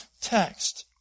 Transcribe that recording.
text